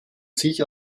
sich